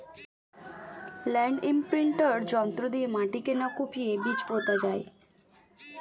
land imprinter যন্ত্র দিয়ে মাটিকে না কুপিয়ে বীজ পোতা যায়